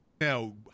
now